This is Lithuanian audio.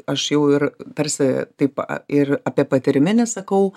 aš jau ir tarsi taip ir apie patyriminį sakau